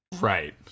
Right